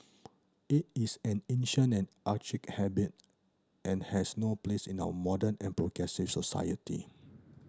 it is an ancient and archaic habit and has no place in our modern and progressive society